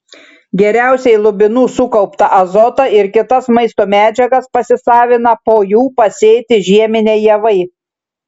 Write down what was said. geriausiai lubinų sukauptą azotą ir kitas maisto medžiagas pasisavina po jų pasėti žieminiai javai